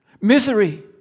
Misery